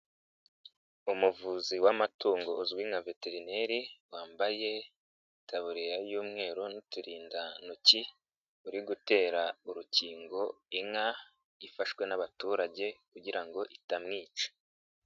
Umuvuzi w'amatungo uzwi nka veterineri, wambaye itabureriya y'umweru n'uturindantoki, uri gutera urukingo inka ifashwe n'abaturage kugira ngo itamwica.